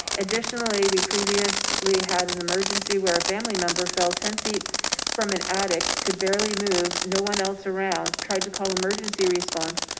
additionally, we previously. we had an emergency where a family member fell ten feet from an attic could barely move. no one else around tried to call emergency response,